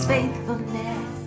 Faithfulness